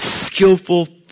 skillful